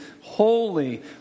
holy